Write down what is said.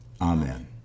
Amen